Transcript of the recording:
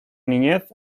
niñez